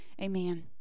amen